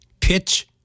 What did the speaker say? Pitch